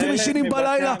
ואיך אתם ישנים בלילה,